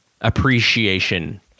appreciation